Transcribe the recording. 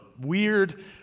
weird